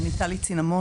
אני טלי צינמון,